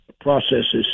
processes